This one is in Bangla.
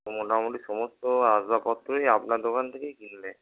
তো মোটামুটি সমস্ত আসবাবপত্রই আপনার দোকান থেকেই কিনবে